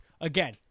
again